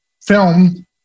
film